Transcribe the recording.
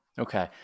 okay